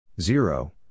Zero